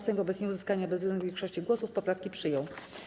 Sejm wobec nieuzyskania bezwzględnej większości głosów poprawki przyjął.